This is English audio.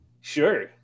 Sure